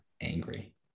angry